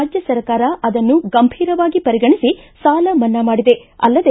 ರಾಜ್ಯ ಸರ್ಕಾರ ಅದನ್ನು ಗಂಭೀರವಾಗಿ ಪರಿಗಣಿಸಿ ಸಾಲ ಮನ್ನಾ ಮಾಡಿದೆ ಅಲ್ಲದೆ